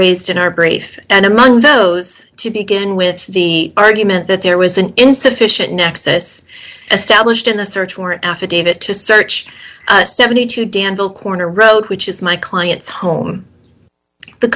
raised in our brave and among those to begin with the argument that there was an insufficient nexus established in the search warrant affidavit to search seventy two danville corner road which is my client's home the